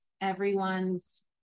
everyone's